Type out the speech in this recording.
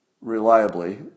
reliably